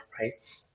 right